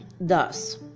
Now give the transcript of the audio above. thus